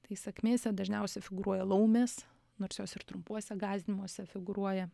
tai sakmėse dažniausiai figūruoja laumės nors jos ir trumpuose gąsdinimuose figūruoja